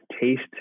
taste